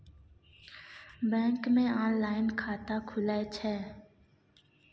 Bank मे online खाता खुले छै?